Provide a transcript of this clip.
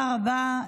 רבה.